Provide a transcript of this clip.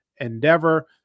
Endeavor